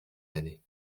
années